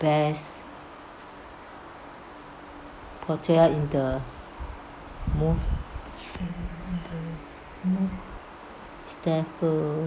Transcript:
best hotel in the move